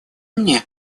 мне